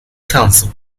counsel